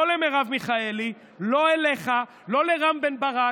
לא למרב מיכאלי, לא אליך, לא לרם בן ברק.